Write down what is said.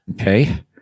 Okay